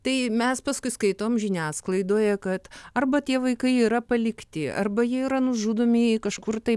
tai mes paskui skaitom žiniasklaidoje kad arba tie vaikai yra palikti arba jie yra nužudomi kažkur tai